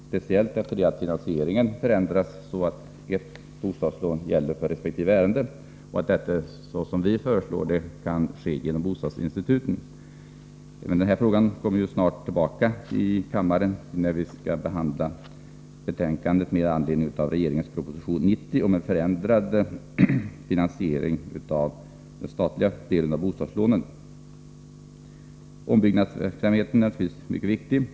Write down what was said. Speciellt bör detta ske efter det att finansieringen förändrats, så att ett bostadslån gäller för varje ärende. Som vi föreslår kan detta ske genom bostadsinstituten. Även denna fråga kommer snart tillbaka i kammaren, när vi skall behandla bostadsutskottets betänkande med anledning av regeringens proposition 90 om en förändrad finan Ombyggnadsverksamheten är naturligtvis mycket viktig.